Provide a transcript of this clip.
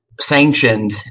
sanctioned